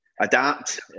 adapt